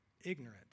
ignorant